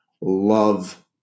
Love